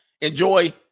Enjoy